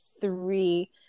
three